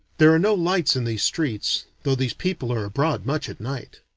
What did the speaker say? there are no lights in these streets, though these people are abroad much at night.